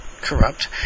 corrupt